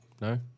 No